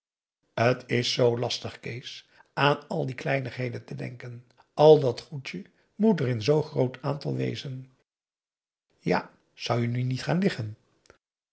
t is zoo lastig kees aan al die kleinigheden te denken al dat goedje moet er in zoo groot aantal wezen ja zou je nu niet gaan liggen